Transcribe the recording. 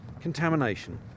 contamination